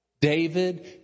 David